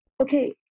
Okay